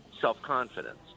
self-confidence